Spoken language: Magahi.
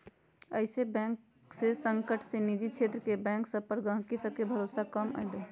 इयस बैंक के संकट से निजी क्षेत्र के बैंक सभ पर गहकी सभके भरोसा कम भेलइ ह